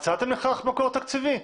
מצאתם לכך מקור תקציבי?